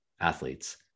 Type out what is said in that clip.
athletes